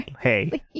Hey